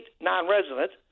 non-residents